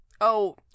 Oh